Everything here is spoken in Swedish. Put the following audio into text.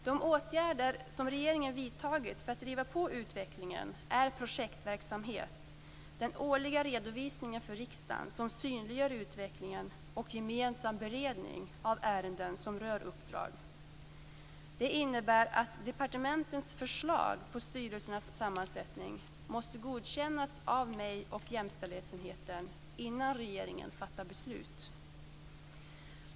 De åtgärder som regeringen vidtagit för att driva på utvecklingen är projektverksamhet, den årliga redovisningen för riksdagen som synliggör utvecklingen och gemensam beredning av ärenden som rör uppdrag. Det innebär att departementens förslag på styrelsernas sammansättning måste godkännas av mig och jämställdhetsenheten innan regeringen fattar beslut.